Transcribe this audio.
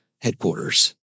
headquarters